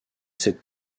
cette